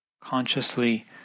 Consciously